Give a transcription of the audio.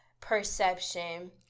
perception